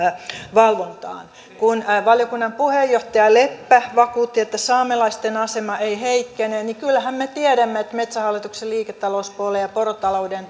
valvontaan kun valiokunnan puheenjohtaja leppä vakuutti että saamelaisten asema ei heikkene niin kyllähän me tiedämme että metsähallituksen liiketalouspuolen ja porotalouden